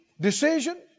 decision